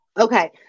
Okay